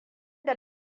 da